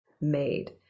made